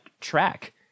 track